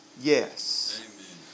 yes